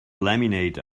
laminate